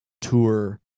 tour